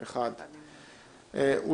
הצבעה בעד, 9 נגד, אין נמנעים, 1 הנוהל אושר.